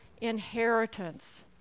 inheritance